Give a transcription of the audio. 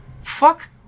Fuck